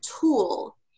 tool